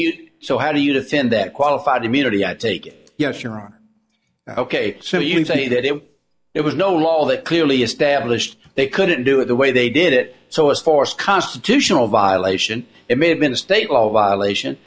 you so how do you defend that qualified immunity i take it yes your honor ok so you can say that it it was no law that clearly established they couldn't do it the way they did it so as far as constitutional violation it may have been state of violation